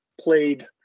played